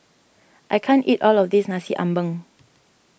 I can't eat all of this Nasi Ambeng